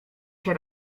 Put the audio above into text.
się